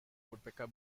woodpecker